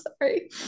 sorry